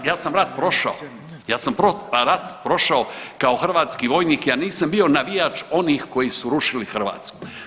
Ja, ja sam rat prošao, ja sam rat prošao kao hrvatski vojnik, ja nisam bio navijač onih koji su rušili Hrvatsku.